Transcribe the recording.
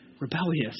rebellious